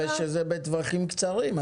ושזה בטווחים קצרים.